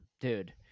dude